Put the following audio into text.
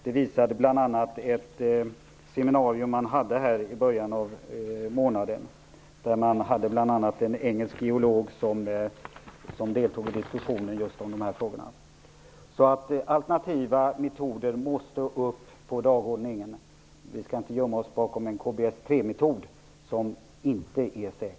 Det visade bl.a. ett seminarium i början av månaden, där bl.a. en engelsk geolog deltog i diskussionen om just de här frågorna. Alternativa metoder måste upp på dagordningen. Vi skall inte gömma oss bakom en KBS3 metod som inte är säker.